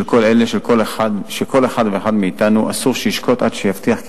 של אלה שכל אחד ואחד מאתנו אסור שישקוט עד שיבטיח כי